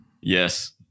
Yes